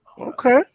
Okay